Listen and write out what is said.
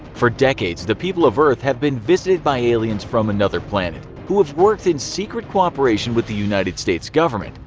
for decades the people of earth have been visited by aliens from another planet, who have worked in secret cooperation with the united states government.